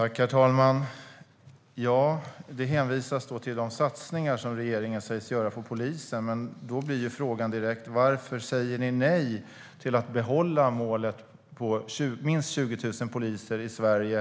Herr talman! Det hänvisas till de satsningar som regeringen sägs göra på polisen. Då blir frågan direkt: Varför säger ni nej till att behålla målet på minst 20 000 poliser i Sverige?